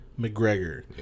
McGregor